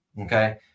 Okay